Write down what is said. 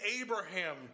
Abraham